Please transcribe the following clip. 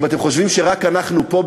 אם אתם חושבים שרק אנחנו פה,